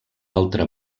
altra